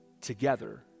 Together